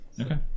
Okay